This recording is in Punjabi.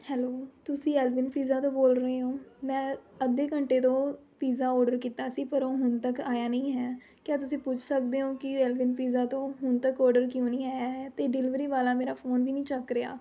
ਹੈਲੋ ਤੁਸੀਂ ਅਲਵਿੰਨ ਪੀਜ਼ਾ ਤੋਂ ਬੋਲ ਰਹੇ ਹੋ ਮੈਂ ਅੱਧੇ ਘੰਟੇ ਤੋਂ ਪੀਜ਼ਾ ਆਰਡਰ ਕੀਤਾ ਸੀ ਪਰ ਉਹ ਹੁਣ ਤੱਕ ਆਇਆ ਨਹੀਂ ਹੈ ਕੀ ਤੁਸੀਂ ਪੁੱਛ ਸਕਦੇ ਹੋ ਕਿ ਅਲਵਿੰਨ ਪੀਜ਼ਾ ਤੋਂ ਹੁਣ ਤੱਕ ਆਰਡਰ ਕਿਉਂ ਨਹੀਂ ਆਇਆ ਹੈ ਅਤੇ ਡਿਲੀਵਰੀ ਵਾਲਾ ਮੇਰਾ ਫੋਨ ਵੀ ਨਹੀਂ ਚੱਕ ਰਿਹਾ